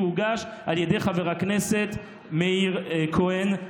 שהוגש על ידי חבר הכנסת מאיר כהן,